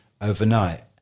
overnight